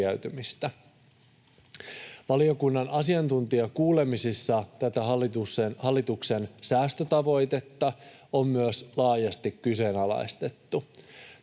Valiokunnan asiantuntijakuulemisissa tätä hallituksen säästötavoitetta on myös laajasti kyseenalaistettu.